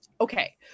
Okay